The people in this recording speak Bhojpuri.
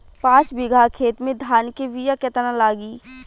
पाँच बिगहा खेत में धान के बिया केतना लागी?